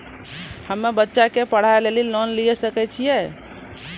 हम्मे बच्चा के पढ़ाई लेली लोन लिये सकय छियै?